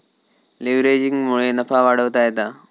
लीव्हरेजिंगमुळे नफा वाढवता येता